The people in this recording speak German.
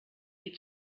die